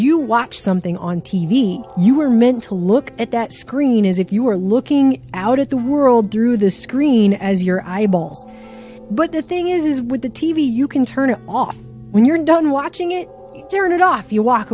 you watch something on t v you were meant to look at that screen as if you were looking out at the world through the screen as your eyeballs but the thing is with the t v you can turn it off when you're done watching it turned it off you walk